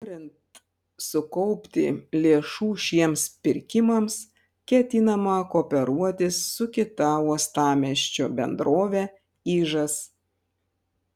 norint sukaupti lėšų šiems pirkimams ketinama kooperuotis su kita uostamiesčio bendrove ižas